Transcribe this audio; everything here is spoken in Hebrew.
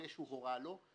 ברגע שהוא מורה על האירוע,